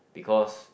because